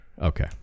Okay